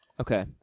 Okay